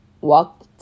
walk